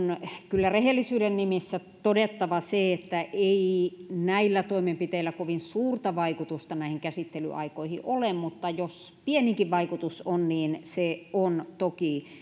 kyllä rehellisyyden nimissä todettava se että ei näillä toimenpiteillä kovin suurta vaikutusta näihin käsittelyaikoihin ole mutta jos pienikin vaikutus on niin se on toki